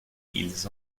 ils